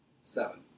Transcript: Seven